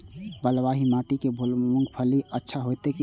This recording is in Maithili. बलवाही माटी में मूंगफली अच्छा होते की ने?